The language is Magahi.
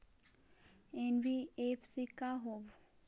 एन.बी.एफ.सी का होब?